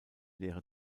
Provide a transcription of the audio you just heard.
leere